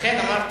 לכן, אדוני,